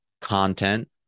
content